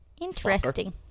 Interesting